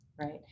right